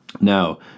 now